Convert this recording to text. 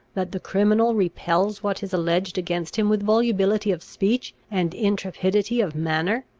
that the criminal repels what is alleged against him with volubility of speech, and intrepidity of manner.